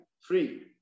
free